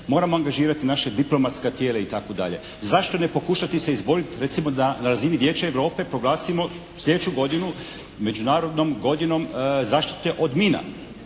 moramo angažirati naša diplomatska tijela itd., zašto ne pokušati se izboriti recimo da na razini Vijeća Europe proglasimo sljedeću godinu međunarodnom godinom zaštite od mina